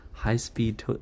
High-speed